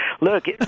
Look